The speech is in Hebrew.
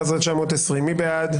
11,881 עד 11,900, מי בעד?